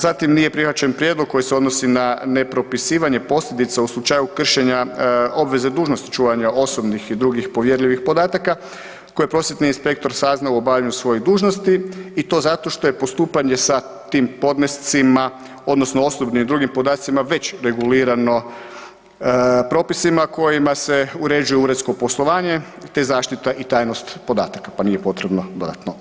Zatim, nije prihvaćen prijedlog koji se odnosi na nepropisivanje posljedica u slučaju kršenja obveze dužnosti čuvanja osobnih i drugih povjerljivih podataka koje prosvjetni inspektor sazna u obavljanju svoje dužnosti i to zato što je postupanje sa tim podnescima odnosno osobnim ili drugim podacima već regulirano propisima kojima se uređuje uredsko poslovanje te zaštita i tajnost podataka pa nije potrebno dodatno.